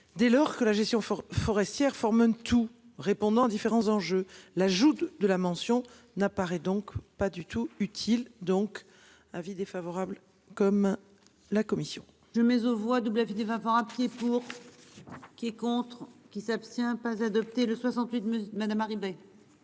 Dès lors que la gestion forestière forme tout répondant des différents enjeux l'de la mention n'apparaît donc pas du tout utile. Donc, avis défavorable comme la commission. Je mais voit double avis défavorable qui pour. Qui est contre qui s'abstient pas adopté de 68 madame arriver.